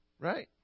Right